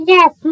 Yes